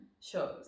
shows